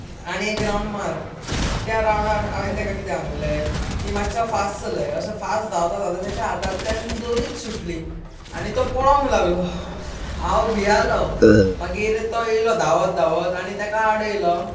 आनी एक रावंड मार त्या रावंडाक हांवें ताका कितें सांगलें की मातसो फास्ट चलय असो फास्ट धांवता धांवता ताच्या हातांतल्यान दोरीच सुटली आनी तो पोडोंक लागलो हांव भियेलो मागीर तो येलो धांवत धांवत आनी ताका आडयलो